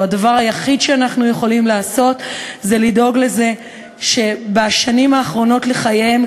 הדבר היחיד שאנחנו יכולים לעשות זה לדאוג לכך שבשנים האחרונות לחייהם,